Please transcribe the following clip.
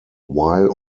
while